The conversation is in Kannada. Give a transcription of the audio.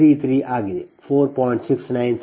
0203 ಅಂದರೆ ಇದು ನಿಮ್ಮ L 2 IC 2 4